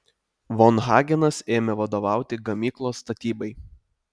von hagenas ėmė vadovauti gamyklos statybai